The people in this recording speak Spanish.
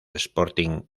sporting